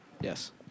Yes